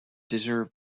deserve